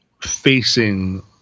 facing